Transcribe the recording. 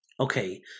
Okay